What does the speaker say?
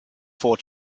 four